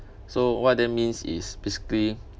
so what that means is basically